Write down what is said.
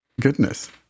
goodness